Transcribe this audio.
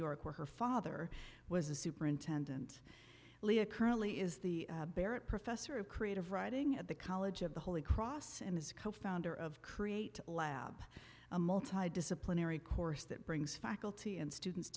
york where her father was a superintendent lia currently is the barrett professor of creative writing at the college of the holy cross and is co founder of create lab a multi disciplinary course that brings faculty and students